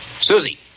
Susie